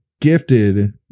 gifted